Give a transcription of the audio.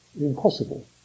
impossible